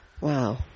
Wow